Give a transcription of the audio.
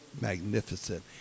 magnificent